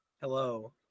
hello